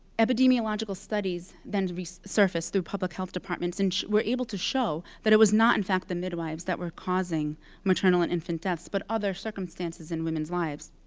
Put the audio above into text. epidemiological studies then surfaced through public health departments and were able to show that it was not, in fact, the midwives that were causing maternal and infant deaths, but other circumstances in women's lives.